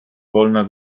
wolna